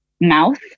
mouth